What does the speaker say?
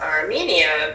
Armenia